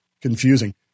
confusing